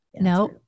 No